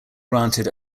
granted